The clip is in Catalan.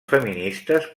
feministes